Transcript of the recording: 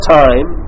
time